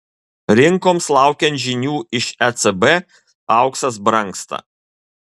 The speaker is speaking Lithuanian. rinkoms laukiant žinių iš ecb auksas brangsta